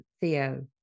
Theo